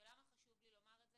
ולמה חשוב לי לומר את זה?